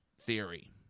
theory